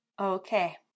Okay